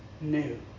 new